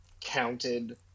counted